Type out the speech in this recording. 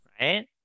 Right